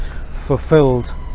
fulfilled